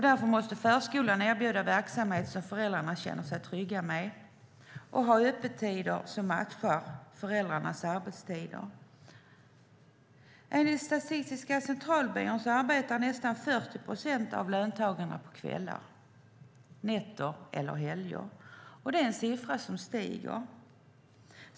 Därför måste förskolan erbjuda verksamhet som föräldrarna känner sig trygga med och ha öppettider som matchar föräldrarnas arbetstider. Enligt Statistiska centralbyrån arbetar nästan 40 procent av löntagarna på kvällar, nätter eller helger, och det är en siffra som stiger.